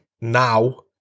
now